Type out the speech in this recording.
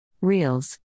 Reels